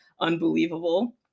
unbelievable